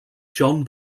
john